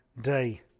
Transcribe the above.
day